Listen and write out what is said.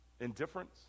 indifference